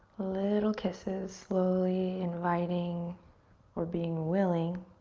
little kisses, slowly inviting or being willing